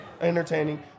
entertaining